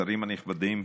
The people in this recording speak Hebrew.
השרים הנכבדים,